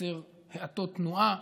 לייצר האטות תנועה,